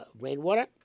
rainwater